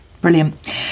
brilliant